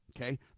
Okay